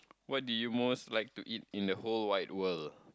what did you most like to eat in the whole wide world